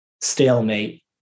stalemate